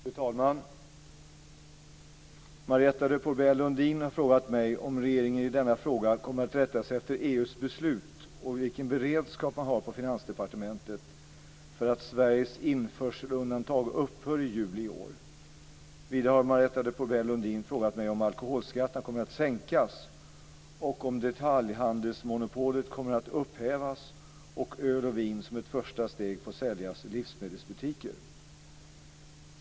Fru talman! Marietta de Pourbaix-Lundin har frågat mig om regeringen i denna fråga kommer att rätta sig efter EU:s beslut och vilken beredskap man har på Finansdepartementet för att Sveriges införselundantag upphör i juli i år. Vidare har Marietta de Pourbaix Lundin frågat mig om alkoholskatterna kommer att sänkas och om detaljhandelsmonopolet kommer att upphävas och öl och vin som ett första steg få säljas i livsmedelsbutiker.